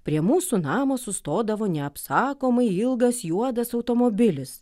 prie mūsų namo sustodavo neapsakomai ilgas juodas automobilis